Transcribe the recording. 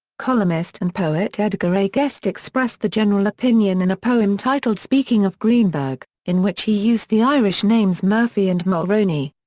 columnist and poet edgar a. guest expressed the general opinion in a poem titled speaking of greenberg, in which he used the irish names murphy and mulroney.